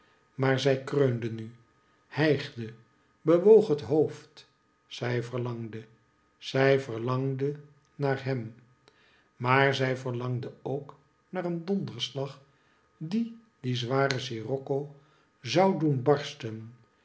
maar zij kreunde nu hijgde bewoog het hoofd zij verlangde zij verlangde naar hem maar zij verlangde ook naar een donderslag die die zware scirocco zou doen barsten